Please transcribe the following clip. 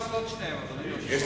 אי-אפשר את שניהם, אדוני היושב-ראש.